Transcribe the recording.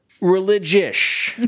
Religious